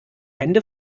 hände